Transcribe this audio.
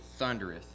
thundereth